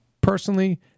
Personally